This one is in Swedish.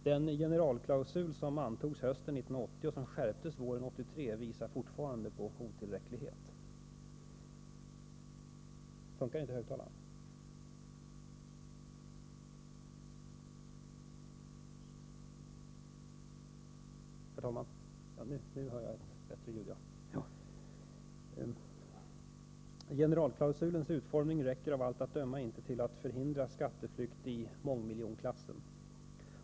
Den generalklausul som antogs hösten 1980, och som skärptes våren 1983, visar fortfarande på otillräcklighet. 'Generalklausulens utformning räcker av allt att döma inte till att förhindra skatteflykt i mångmiljonklassen.